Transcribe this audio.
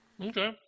Okay